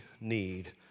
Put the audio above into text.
need